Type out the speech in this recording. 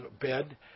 bed